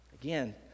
Again